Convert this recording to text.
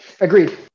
Agreed